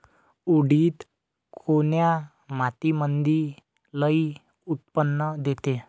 उडीद कोन्या मातीमंदी लई उत्पन्न देते?